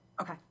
Okay